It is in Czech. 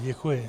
Děkuji.